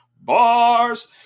bars